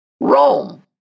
rome